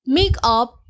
makeup